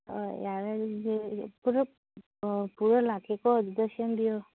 ꯍꯣꯏ ꯌꯥꯔꯦ ꯑꯗꯨ ꯑꯣꯏꯔꯗꯤ ꯄꯨꯜꯂꯞ ꯑꯣ ꯄꯨꯔ ꯂꯥꯛꯀꯦꯀꯣ ꯑꯗꯨꯗ ꯁꯦꯝꯕꯤꯌꯨ